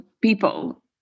people